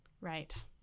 Right